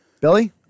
Billy